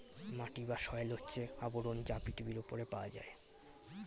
মাটি বা সয়েল হচ্ছে আবরণ যা পৃথিবীর উপরে পাওয়া যায়